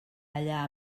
allà